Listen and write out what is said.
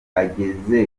ageze